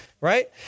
Right